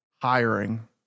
hiring